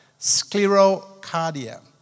Sclerocardia